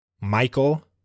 michael